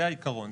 זה העיקרון.